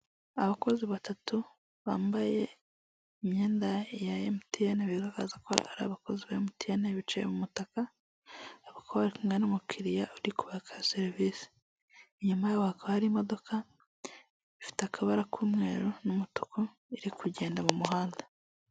Abakozi batatu bambaye imyenda ya emutiyeni bigaragaza ko ari abakozi ba emutiyane bicaye mu mutaka, bakaba bari kumwe n'umukiriya uri kubaka serivise, inyuma yabo hakaba hari imodoka ifite akabara k'umweru n'umutuku iri kugenda mu muhanda.